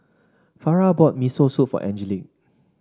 Farrah bought Miso Soup for Angelique